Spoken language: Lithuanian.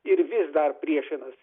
ir vis dar priešinas